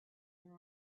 and